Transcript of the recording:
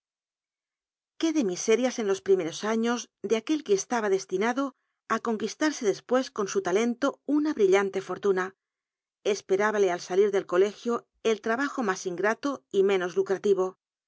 qué de miserias en los primeros aitos de aquel que estaba destinado á conquistarse despues con su talen lo una brillante fortuna esperábalc al salir del colegio el trabajo mas iu biblioteca nacional de españa carlos dickens grato y menos lucratiro